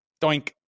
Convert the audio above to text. doink